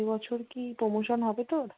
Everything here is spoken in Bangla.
এবছর কি প্রমোশন হবে তোর